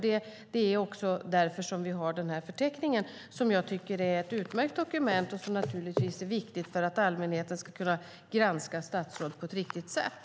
Det är därför som vi har förteckningen, som jag tycker är ett utmärkt dokument och som naturligtvis är viktigt för att allmänheten ska kunna granska statsråd på ett riktigt sätt.